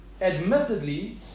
Admittedly